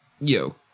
Yo